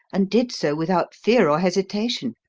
and did so without fear or hesitation.